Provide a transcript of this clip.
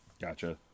Gotcha